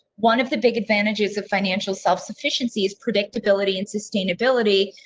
one of the big advantages of financial self sufficiency is predictability in sustainability.